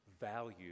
value